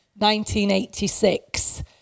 1986